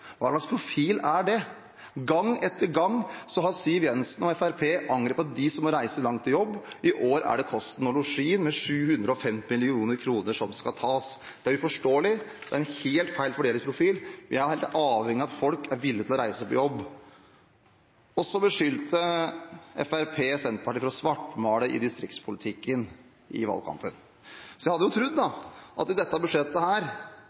Hva slags profil er det? Gang etter gang har Siv Jensen og Fremskrittspartiet angrepet dem som må reise langt til jobb. I år er det kosten og losjien – med 750 mill. kr – som skal tas. Det er uforståelig. Det er en helt feil fordelingsprofil. Vi er helt avhengige av at folk er villige til å reise på jobb. Fremskrittspartiet beskyldte Senterpartiet for å svartmale distriktspolitikken i valgkampen, så jeg hadde trodd at det i dette budsjettet